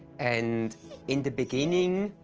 and in the beginning,